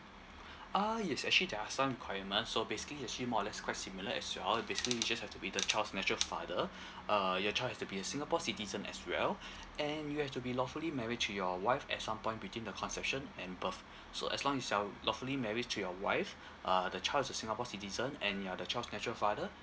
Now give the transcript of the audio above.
ah yes actually there are some requirements so basically it's actually more or less quite similar as well basically you just have to be the child's natural father uh your child has to be a singapore citizen as well and you have to be lawfully married to your wife at some point between the conception and birth so as long as you're lawfully married to your wife uh the child is a singapore citizen and you're the child's natural father